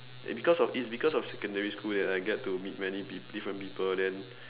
it's because it's because of secondary school that I get to meet many pe~ different people then